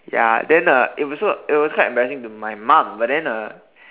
ya then uh it was also it was quite embarrassing to my mom but then uh